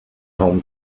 home